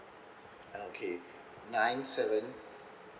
okay nine seven